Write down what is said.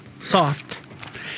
soft